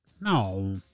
No